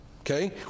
Okay